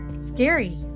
scary